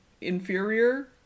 inferior